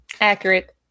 Accurate